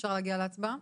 אפשר להגיע להצבעה.